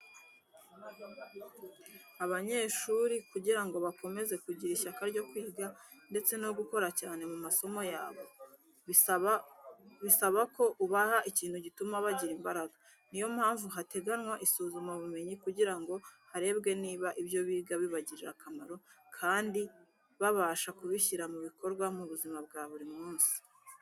Abanyeshuri kugira ngo bakomeze kugira ishyaka ryo kwiga ndetse no gukora cyane mu masomo yabo, bisaba ko ubaha ikintu gituma bagira imbaraga. Ni yo mpamvu hateganwa isuzumabumenyi kugira ngo harebwe niba ibyo biga bibagirira akamaro kandi babasha kubishyira mu bikorwa mu buzima bwa buri munsi.